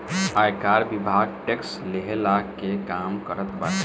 आयकर विभाग टेक्स लेहला के काम करत बाटे